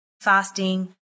fasting